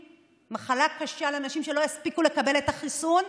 מחלה קשה על אנשים שלא יספיקו לקבל את החיסון,